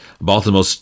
Baltimore